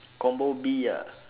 combo B ah